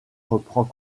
reprend